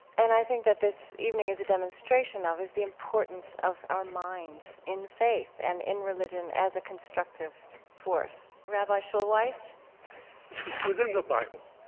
and i think that this evening is a demonstration of it, the importance of our minds in faith and in religion as a constructive force. rabbi schulweis it's within the bible.